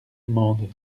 mende